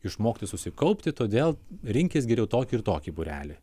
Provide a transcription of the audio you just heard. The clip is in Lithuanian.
išmokti susikaupti todėl rinkis geriau tokį ir tokį būrelį